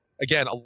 again